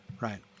right